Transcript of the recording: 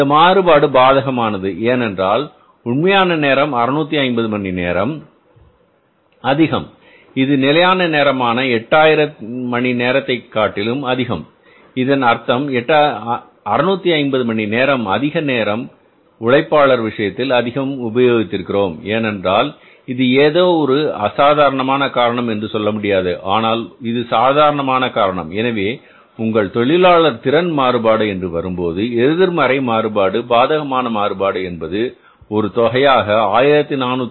இந்த மாறுபாடு பாதகமானது ஏனென்றால் உண்மையான நேரம் 650 மணி நேரம் அதிகம் இது நிலையான நேரமான 8000 மணி நேரத்தை காட்டிலும் அதிகம் இதன் அர்த்தம் 650 மணி நேரம் அதிக நேரம் உழைப்பாளர் விஷயத்தில் அதிகம் உபயோகிக்கிறோம் ஏனென்றால் இது ஏதோ ஒரு அசாதாரணமான காரணம் என்று சொல்ல முடியாது ஆனால் இது சாதாரணமான காரணம் எனவே உங்கள் தொழிலாளர் திறன் மாறுபாடு என்று வரும்போது எதிர்மறை மாறுபாடு பாதகமான மாறுபாடு என்பது ஒரு தொகையாக 1462